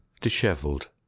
dishevelled